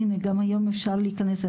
גם היום אפשר להיכנס.